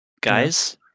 Guys